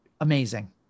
amazing